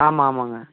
ஆமாம் ஆமாங்க